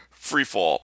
Freefall